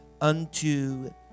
unto